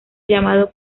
llamado